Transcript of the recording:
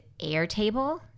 Airtable